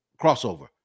crossover